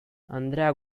andrea